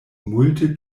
multe